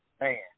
man